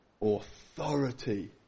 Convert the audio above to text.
authority